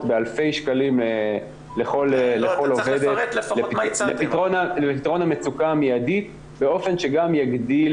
באלפי שקלים לכל עובדת לפתרון המצוקה המידית באופן שגם יגדיל